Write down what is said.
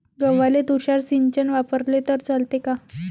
गव्हाले तुषार सिंचन वापरले तर चालते का?